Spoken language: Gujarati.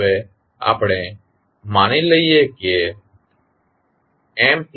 હવે અહીં આપણે માની લઈએ છીએ કે nm